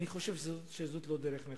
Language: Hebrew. אני חושב שזו לא דרך נכונה.